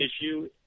issue